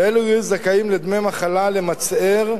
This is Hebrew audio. ויהיו זכאים לדמי מחלה למצער,